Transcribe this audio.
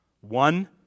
One